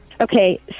Okay